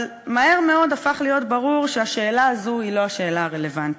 אבל מהר מאוד הפך להיות ברור שהשאלה הזו היא לא השאלה הרלוונטית,